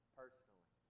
personally